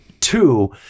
Two